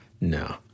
No